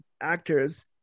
actors